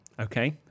okay